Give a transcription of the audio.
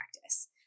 practice